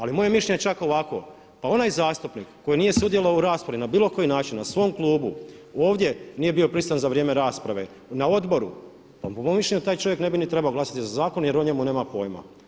Ali moje mišljenje je čak ovakvo, pa onaj zastupnik koji nije sudjelovao u raspravi na bilo koji način, na svom klubu, ovdje nije bio prisutan za vrijeme rasprave, na odboru pa po mom mišljenju taj čovjek ne bi ni trebao glasati za zakon jer o njemu nema pojma.